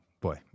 boy